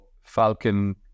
Falcon